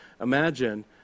Imagine